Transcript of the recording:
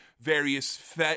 various